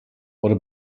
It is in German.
wurde